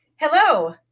Hello